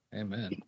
Amen